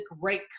great